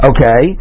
Okay